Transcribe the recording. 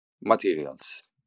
materials